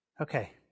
Okay